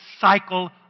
cycle